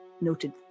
noted